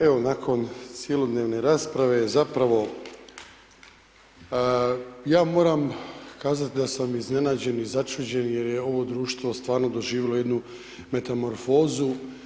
Evo nakon cjelodnevne rasprave zapravo ja moram kazati da sam iznenađen i začuđen jer je ovo društvo stvarno doživjelo stvarno jednu metamorfozu.